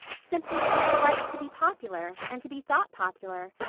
simply because she likes to be popular and to be thought popular.